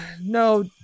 No